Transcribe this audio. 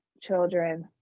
children